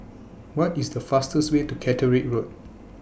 What IS The fastest Way to Catterick Road